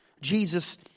jesus